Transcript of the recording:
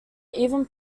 even